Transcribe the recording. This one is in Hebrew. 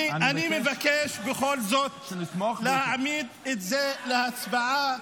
אני מבקש בכל זאת להעמיד את זה להצבעה.